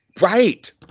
Right